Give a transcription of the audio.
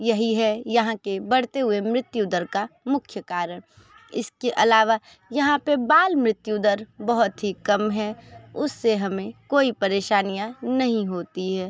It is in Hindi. यही है यहाँ के बढ़ते हुए मृत्यु दर का मुख्य कारण इसके अलावा यहाँ पर बाल मृत्यु दर बहुत ही कम है उससे हमें कोई परेशानियाँ नही होती हैं